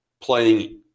playing